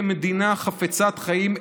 כמדינה חפצת חיים,